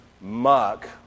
muck